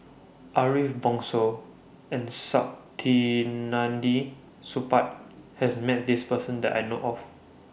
Ariff Bongso and Saktiandi Supaat has Met This Person that I know of